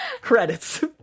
credits